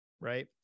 Right